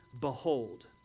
behold